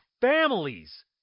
families